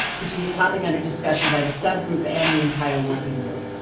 which is a topic under discussion by the sub group, and the entire working group.